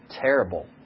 terrible